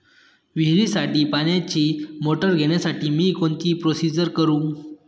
विहिरीसाठी पाण्याची मोटर घेण्यासाठी मी कोणती प्रोसिजर करु?